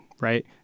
right